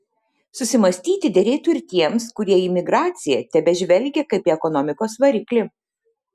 susimąstyti derėtų ir tiems kurie į imigraciją tebežvelgia kaip į ekonomikos variklį